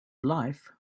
life